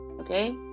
okay